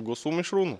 gausų mišrūnų